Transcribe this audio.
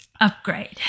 Upgrade